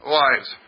lives